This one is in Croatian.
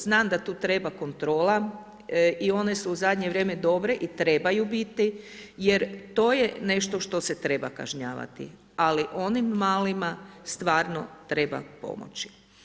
Znam da tu treba kontrola i one su u zadnje vrijeme dobre i trebaju biti jer to je nešto što se treba kažnjavati ali onim malima stvarno treba pomoći.